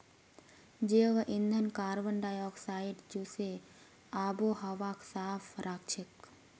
जैव ईंधन कार्बन डाई ऑक्साइडक चूसे आबोहवाक साफ राखछेक